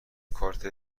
کارت